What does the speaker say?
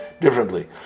differently